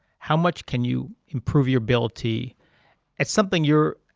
how much can you improve your ability at something you're,